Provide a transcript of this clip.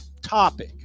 topic